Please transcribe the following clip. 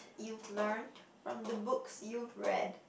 you've learned from the books you've read